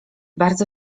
bardzo